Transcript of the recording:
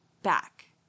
back